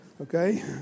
okay